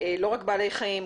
לא רק בעלי חיים,